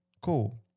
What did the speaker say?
Cool